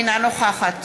אינה נוכחת